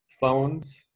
phones